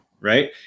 right